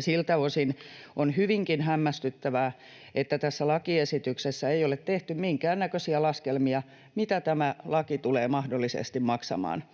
Siltä osin on hyvinkin hämmästyttävää, että tässä lakiesityksessä ei ole tehty minkäännäköisiä laskelmia, mitä tämä laki tulee mahdollisesti maksamaan